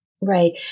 Right